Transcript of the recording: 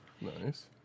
Nice